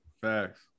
Facts